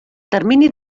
termini